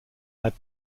had